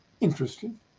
interesting